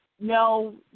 no